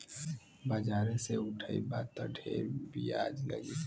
बाजारे से उठइबा त ढेर बियाज लगी